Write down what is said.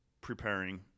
preparing